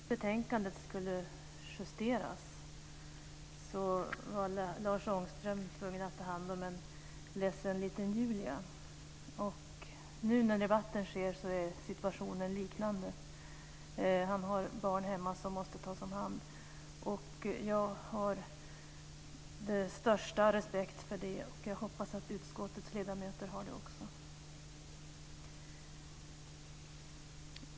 Fru talman! När betänkandet skulle justeras var Lars Ångström tvungen att ta hand om en ledsen liten Julia. Nu när debatten sker är situationen liknande. Han har barn hemma som måste tas om hand. Jag har största respekt för det och hoppas att utskottets ledamöter har det också.